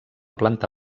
planta